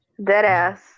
Deadass